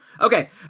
Okay